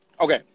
Okay